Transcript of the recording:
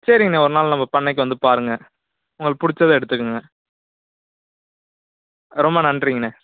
சரிங்கண்ணே ஒரு நாள் நம்ம பண்ணைக்கு வந்து பாருங்கள் உங்களுக்கு பிடிச்சத எடுத்துக்குங்க ரொம்ப நன்றிங்கண்ணே